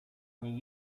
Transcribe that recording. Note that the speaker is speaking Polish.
nie